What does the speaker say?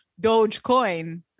Dogecoin